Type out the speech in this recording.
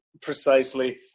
Precisely